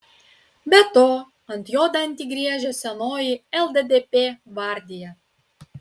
be to ant jo dantį griežia senoji lddp gvardija